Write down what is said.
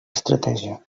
estratègia